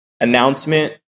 announcement